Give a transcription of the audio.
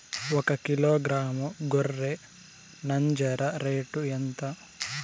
ఒకకిలో గ్రాము గొర్రె నంజర రేటు ఎంత?